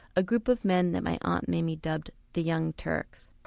a group of men that my aunt mamie dubbed the young turks.